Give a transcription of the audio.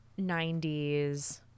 90s